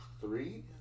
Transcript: Three